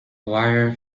wire